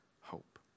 hope